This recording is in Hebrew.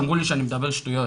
אמרו לי שאני מדבר שטויות